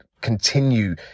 continue